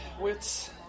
Wits